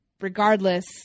Regardless